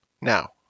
now